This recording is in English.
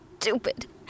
Stupid